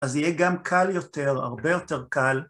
‫אז יהיה גם קל יותר, הרבה יותר קל.